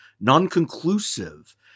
non-conclusive